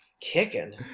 kicking